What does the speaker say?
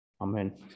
Amen